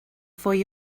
fwy